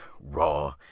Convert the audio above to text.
raw